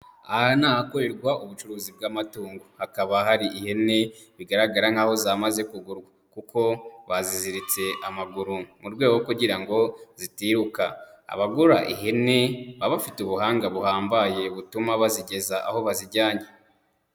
Aha ni ahakorerwa ubucuruzi bw'amatungo. Hakaba hari ihene bigaragara nkaho zamaze kugurwa, kuko baziziritse amaguru mu rwego kugira ngo zitiruka. Abagura ihene baba bafite ubuhanga buhambaye butuma bazigeza aho bazijyanye.